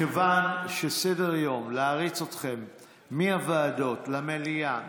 מכיוון שלהריץ אתכם מהוועדות למליאה,